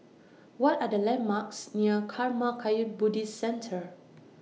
What Are The landmarks near Karma Kagyud Buddhist Centre